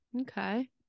okay